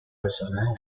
personajes